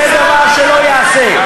זה דבר שלא ייעשה.